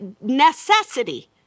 necessity